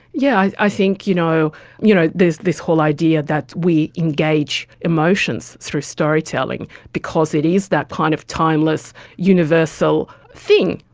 yeah i i think you know you know there's this whole idea that we engage emotions through storytelling because it is that kind of timeless universal thing,